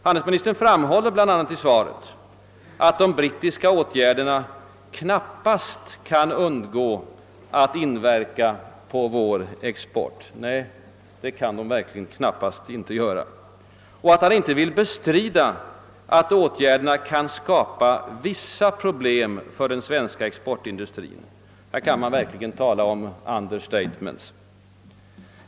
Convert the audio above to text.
Handelsministern framhåller bl.a. i svaret att de brittiska åtgärderna »knappast kan undgå att inverka på vår export» — nej, det kan de verkligen knappast göra — och att han inte vill bestrida att åtgärderna »kan» komma att skapa vissa problem för den svenska exportindustrin». Här kan man verkligen tala om understatements.